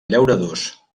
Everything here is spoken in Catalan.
llauradors